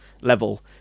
level